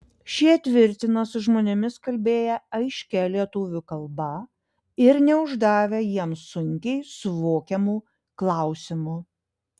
šie tvirtina su žmonėmis kalbėję aiškia lietuvių kalba ir neuždavę jiems sunkiai suvokiamų klausimų